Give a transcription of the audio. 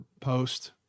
post